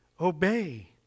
obey